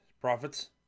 Profits